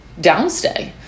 downstay